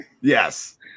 Yes